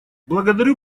благодарю